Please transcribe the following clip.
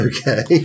Okay